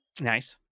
Nice